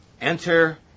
Enter